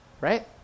right